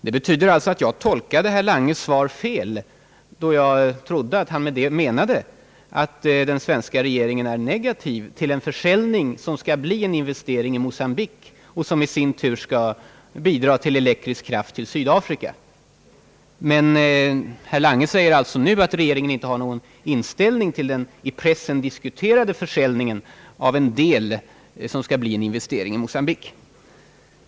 Det betyder alltså att jag tolkade hans svar fel, då jag trodde att han med det menade att den svenska regeringen är negativ till en försäljning för en investering i Mocambique som skall bidra till leveranser av elektrisk kraft till Sydafrika. Men herr Lange säger alltså nu, att regeringen inte har någon inställning till den i pressen diskuterade försäljningen till Mocambique.